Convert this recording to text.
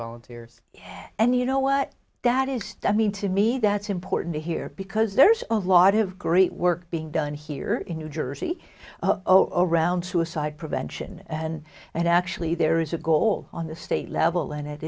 volunteers and you know what that is does mean to me that's important here because there's a lot of great work being done here in new jersey around suicide prevention and and actually there is a goal on the state level and it